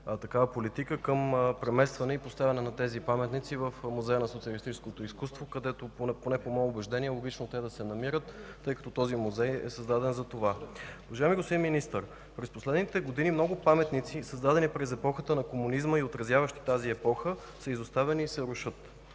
такава политика за преместване и поставяне на тези паметници в Музея на социалистическото изкуство, където, поне по мое убеждение, е логично те да се намират, тъй като този музей е създаден за това? Уважаеми господин Министър, през последните години много паметници, създадени през епохата на комунизма и отразяващи тази епоха, са изоставени и се рушат.